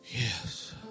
yes